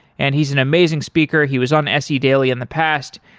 and he's an amazing speaker. he was on se daily in the past.